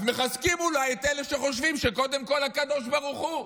אז מחזקים אולי את אלה שחושבים שקודם כול הקדוש ברוך הוא,